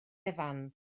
evans